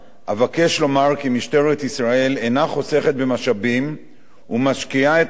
אבקש לומר כי משטרת ישראל אינה חוסכת במשאבים ומשקיעה את מיטב